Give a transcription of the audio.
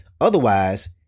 Otherwise